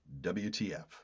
WTF